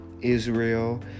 israel